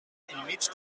enmig